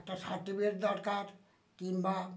একটা সাার্টিফিকেট দরকার কিংবা